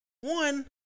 One